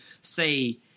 say